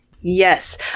Yes